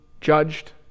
judged